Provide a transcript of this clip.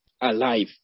alive